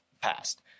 past